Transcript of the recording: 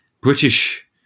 British